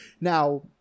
now